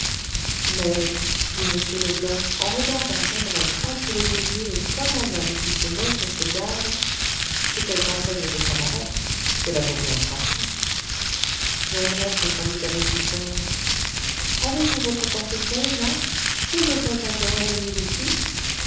mais dit m leblanc en regardant jondrette entre les deux yeux et comme un homme qui se met sur ses gardes c'est quelque enseigne de cabaret cela vaut bien trois francs jondrette répondit avec douceur avez-vous votre portefeuille là je me contenterais de mille